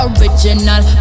Original